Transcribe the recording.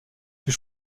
fut